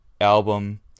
album